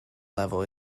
level